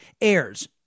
airs